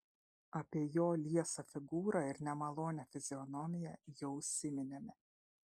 apie jo liesą figūrą ir nemalonią fizionomiją jau užsiminėme